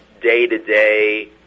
day-to-day